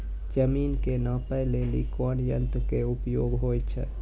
जमीन के नापै लेली कोन यंत्र के उपयोग होय छै?